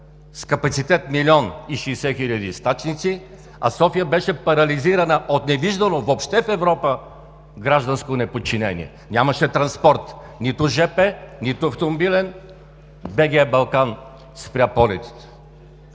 с капацитет от милион и 60 хиляди стачници, а София беше парализирана от невиждано въобще в Европа гражданско неподчинение. Нямаше транспорт – нито железопътен, нито автомобилен, БГА „Балкан“ спря полетите.